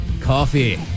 coffee